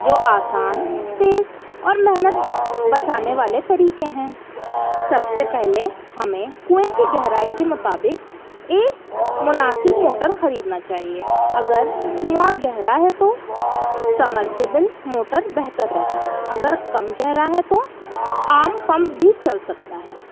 جو آسان تیز اور محنت بچانے والے طریقے ہیں سب سے پہلے ہمیں کنوئیں کی گہرائی کے مطابق ایک مناسب موٹر خریدنا چاہیے اگر کنواں گہرا ہے تو سمرسیبل موٹر بہتر رہتا ہے اگر کم گہرا ہے تو عام پمپ بھی چل سکتا ہے